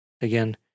Again